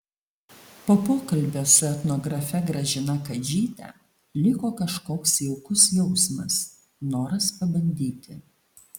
po pokalbio su etnografe gražina kadžyte liko kažkoks jaukus jausmas noras pabandyti